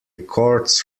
quartz